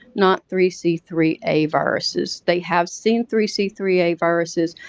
not three c three a viruses. they have seen three c three a viruses,